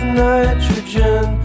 nitrogen